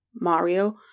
mario